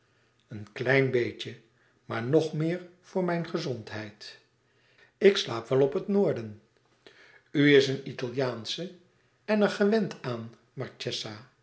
een klein beetje maar nog meer voor mijn gezondheid ik slaap wel op het noorden u is een italiaansche en er gewend aan